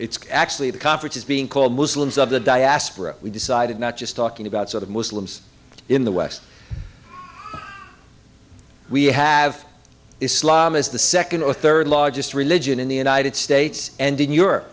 it's actually the conference is being called muslims of the diaspora we decided not just talking about sort of muslims in the west we have islam is the second or third largest religion in the united states and in europe